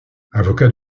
avocat